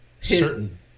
certain